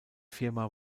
firma